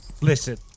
Listen